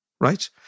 Right